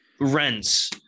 rents